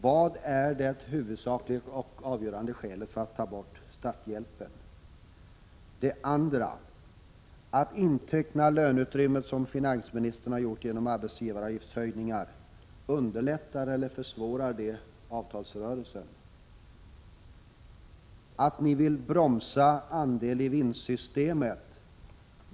Vad är det huvudsakliga och avgörande skälet för att ta bort starthjälpen? Att inteckna löneutrymmet som finansministern har gjort genom arbetsgivaravgiftshöjningar — underlättar eller försvårar det avtalsrörelsen? Ni vill bromsa andel-i-vinst-systemet.